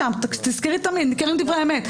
תזכרי תמיד, ניכרים דברי אמת.